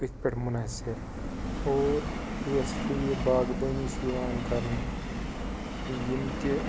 أتھۍ پٮ۪ٹھ مُنحصِر اور یۄس تہِ یہِ باغبٲنی چھِ یِوان کرنہٕ یِم تہِ